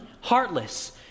heartless